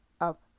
up